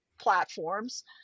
platforms